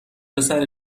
پسر